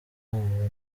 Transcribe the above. ubu